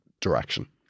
direction